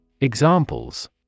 Examples